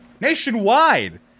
Nationwide